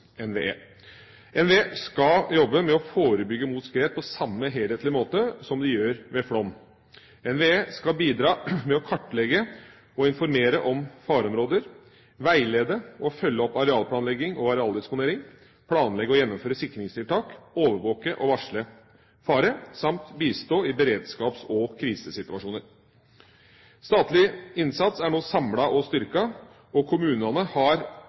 NVE. NVE skal jobbe med å forebygge mot skred på samme helhetlige måte som de gjør ved flom. NVE skal bidra med å kartlegge og informere om fareområder, veilede og følge opp arealplanlegging og arealdisponering, planlegge og gjennomføre sikringstiltak, overvåke og varsle fare samt bistå i beredskaps- og krisesituasjoner. Statlig innsats er nå samlet og styrket, og kommunene har